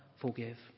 forgive